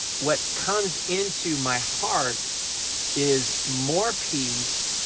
what comes into my heart is more peace,